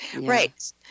right